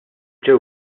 ġew